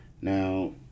Now